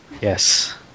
yes